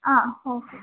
ആ ഓക്കേ